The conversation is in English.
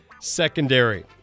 secondary